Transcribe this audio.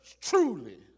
truly